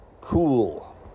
cool